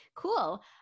cool